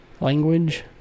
language